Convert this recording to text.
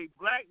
black